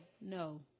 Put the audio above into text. no